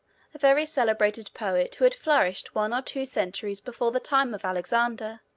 a very celebrated poet who had flourished one or two centuries before the time of alexander.